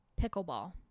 pickleball